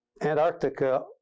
Antarctica